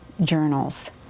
journals